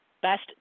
best